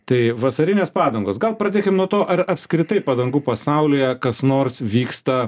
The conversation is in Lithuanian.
tai vasarinės padangos gal pradėkim nuo to ar apskritai padangų pasaulyje kas nors vyksta